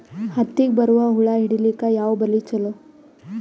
ಹತ್ತಿಗ ಬರುವ ಹುಳ ಹಿಡೀಲಿಕ ಯಾವ ಬಲಿ ಚಲೋ?